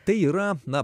tai yra na